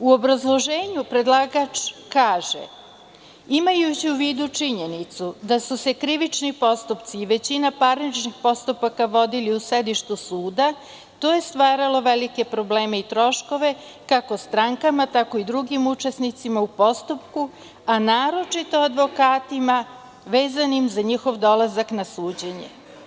U obrazloženju predlagač kaže – imajući u vidu činjenicu da su se krivični postupci i većina parničnih postupaka vodili u sedištu suda, to je stvaralo velike probleme i troškove kako strankama, tako i drugim učesnicima u postupku, a naročito advokatima vezanim za njihov dolazak na suđenje.